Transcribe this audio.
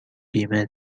بیمه